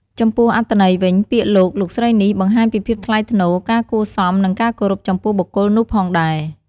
ចំពោះអត្ថន័យវិញ ពាក្យលោក លោកស្រីនេះ បង្ហាញពីភាពថ្លៃថ្នូរ ការគួរសម និងការគោរពចំពោះបុគ្គលនោះផងដែរ។